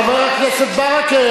חבר הכנסת ברכה,